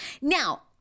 now